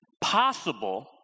possible